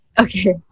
Okay